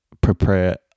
prepare